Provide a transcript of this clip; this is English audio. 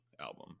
album